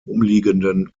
umliegenden